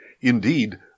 Indeed